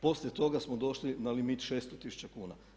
Poslije toga smo došli na limit 600 tisuća kuna.